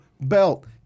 Belt